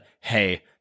hey